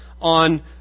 on